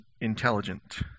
intelligent